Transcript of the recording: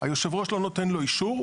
יושב הראש לא נותן לו אישור,